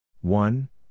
One